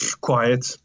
quiet